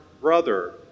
brother